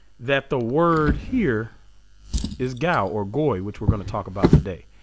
that the word here is gay or goy which we're going to talk about today